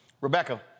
Rebecca